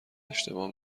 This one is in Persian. اشتباه